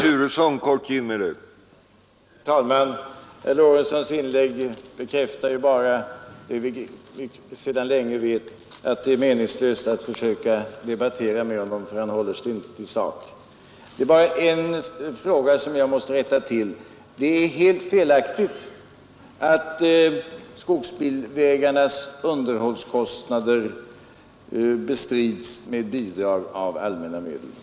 Herr talman! Herr Lorentzons inlägg bekräftar bara det vi sedan länge vet; det är meningslöst att försöka debattera med honom, för han håller sig inte till sak. Det är bara en uppgift jag måste rätta till. Det är helt felaktigt att skogsbilvägarnas underhållskostnader bestrids med bidrag av allmänna medel.